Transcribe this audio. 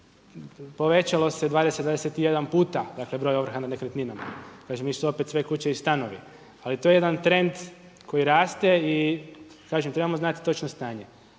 Povećalo se 21 puta dakle broj ovrha nad nekretninama. Kažem …/Ne razumije se./… ali to je jedan trend koji raste i kažem trebamo znati točno stanje.